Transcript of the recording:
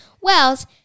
Wells